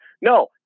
no